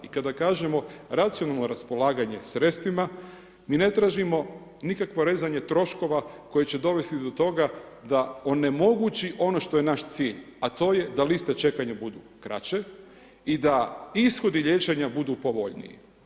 I kada kažemo racionalno raspolaganje sredstvima, mi ne tražimo nikakvo rezanje troškova koje će dovesti do toga da onemogući ono što je naš cilj a to je da liste čekanja budu kraće i da ishodi liječenja budu povoljniji.